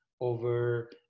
over